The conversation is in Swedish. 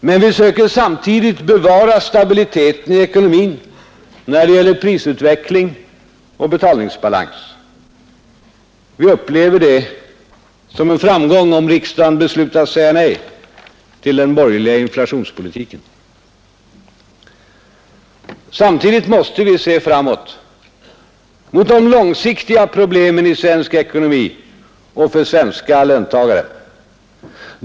Men vi försöker samtidigt bevara stabiliteten i ekonomin när det gäller prisutveckling och betalningsbalans. Vi upplever det som en framgång om riksdagen beslutar säga nej till den borgerliga inflationspolitiken. Samtidigt måste vi se framåt, mot de långsiktiga problemen i svensk ekonomi och för svenska löntagare.